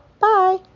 Bye